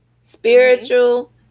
spiritual